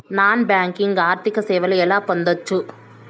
Non banking ఆర్థిక సేవలు ఎలా పొందొచ్చు?